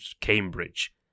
Cambridge